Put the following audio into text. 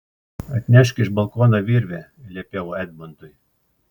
atnešk iš balkono virvę liepiau edmundui